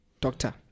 Doctor